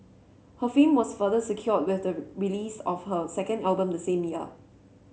her fame was further secured with the release of her second album the same year